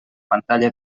pantalla